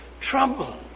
trouble